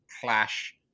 clash